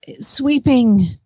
sweeping